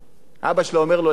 אבא שלו אומר לו: לך ללמוד.